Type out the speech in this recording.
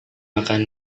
makan